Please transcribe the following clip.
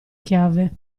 chiave